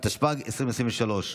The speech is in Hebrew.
התשפ"ג 2023,